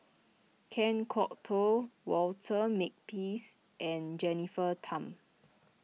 Kan Kwok Toh Walter Makepeace and Jennifer Tham